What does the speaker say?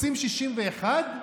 רוצים 61?